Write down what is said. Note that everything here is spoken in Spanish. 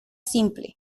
simple